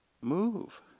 move